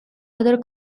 other